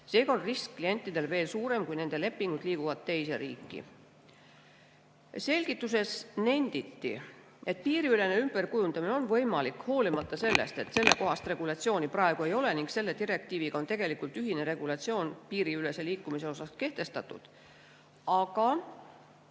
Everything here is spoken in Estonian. Seega on risk klientidel veel suurem, kui nende lepingud liiguvad teise riiki. Selgituses nenditi, et piiriülene ümberkujundamine on võimalik hoolimata sellest, et sellekohast regulatsiooni praegu ei ole, ning selle direktiiviga on tegelikult ühine regulatsioon piiriülese liikumise kohta kehtestatud. Aga